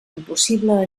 impossible